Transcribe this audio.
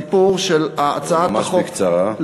וזה הסיפור של, ממש בקצרה.